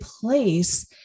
place